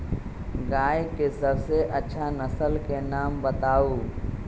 गाय के सबसे अच्छा नसल के नाम बताऊ?